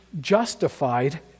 justified